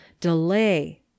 delay